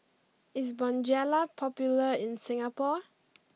is Bonjela popular in Singapore